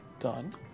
Done